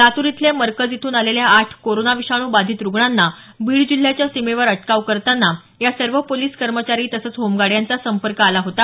लातूर इथले मरकज इथून आलेल्या आठ कोरोना विषाणू बाधित रुग्णांना बीड जिल्ह्याच्या सीमेवर अटकाव करताना या सर्व पोलिस कर्मचारी तसच होमगार्ड यांचा संपर्क आला होता